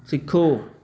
ਸਿੱਖੋ